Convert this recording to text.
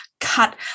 cut